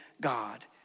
God